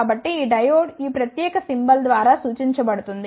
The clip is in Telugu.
కాబట్టి ఈ డయోడ్ ఈ ప్రత్యేక సింబల్ ద్వారా సూచించబడుతుంది